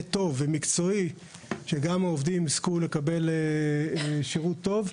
טוב ומקצועי שגם העובדים יזכו לקבל שירות טוב,